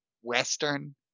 Western